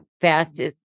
fastest